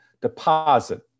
deposit